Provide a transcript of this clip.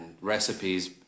recipes